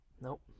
Nope